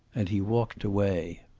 and he walked away.